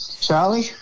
Charlie